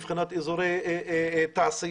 מבחינת אזורי תעשייה,